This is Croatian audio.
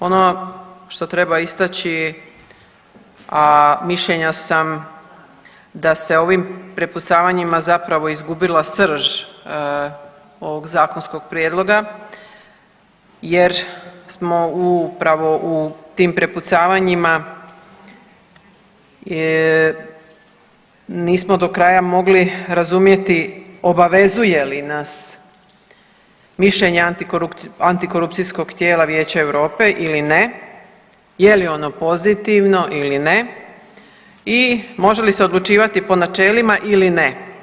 Ono što treba istaći, a mišljenja sam da se ovim prepucavanjima zapravo izgubila srž ovog zakonskog prijedloga, jer smo upravo u tim prepucavanjima nismo do kraja mogli razumjeti obavezuje li nas mišljenje antikorupcijskog tijela Vijeća Europe ili ne, je li ono pozitivno ili ne i može li se odlučivati po načelima ili ne.